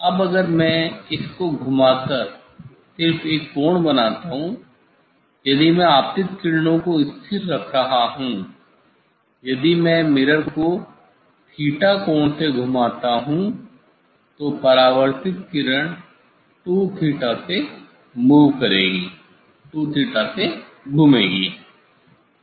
अब अगर मैं इस को घुमाकर सिर्फ एक कोण बनाता हूं यदि मैं आपतित किरणों को स्थिर रख रहा हूं यदि मैं मिरर को 𝜭 कोण से घुमाता हूं तो परावर्तित किरण 2𝜭 से मूव करेगी 2𝜭 से घूमेगी